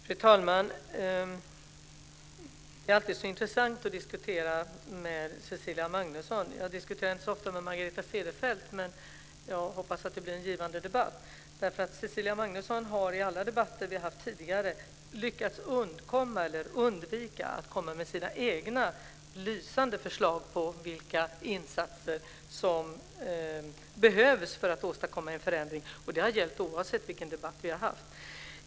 Fru talman! Det är alltid intressant att diskutera med Cecilia Magnusson. Jag diskuterar inte så ofta med Margareta Cederfelt, men jag hoppas att det blir en givande debatt. Cecilia Magnusson har i alla debatter vi har haft tidigare lyckats undvika att komma med sina egna lysande förslag på vilka insatser som behövs för att åstadkomma en förändring, och det har gällt oavsett vilken debatt vi har haft.